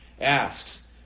asks